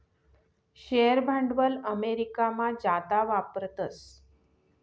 share भांडवल अमेरिकामा जादा वापरतस